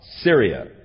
Syria